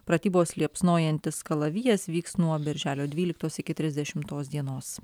pratybos liepsnojantis kalavijas vyks nuo birželio dvyliktos iki trisdešimtos dienos